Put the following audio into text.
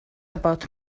about